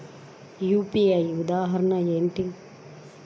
UPI ఉదాహరణ ఏమిటి?